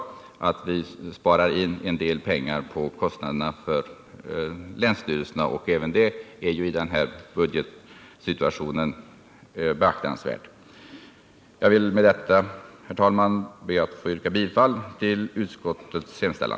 Man kan nämligen spara in en del pengar när det gäller kostnaderna för länsstyrelserna, och även det är ju beaktansvärt i nuvarande budgetsituation. Herr talman! Jag vill med det anförda be att få yrka bifall till utskottets hemställan.